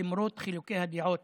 למרות חילוקי הדעות